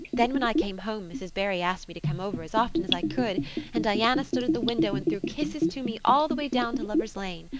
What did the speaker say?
then when i came home mrs. barry asked me to come over as often as i could and diana stood at the window and threw kisses to me all the way down to lover's lane.